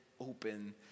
open